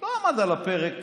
לא עמדה על הפרק